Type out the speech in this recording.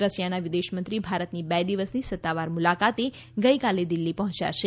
રશિયાના વિદેશમંત્રી ભારતની બે દિવસની સત્તાવાર મુલાકાતે ગઈકાલે દિલ્હી પહોંચ્યા છે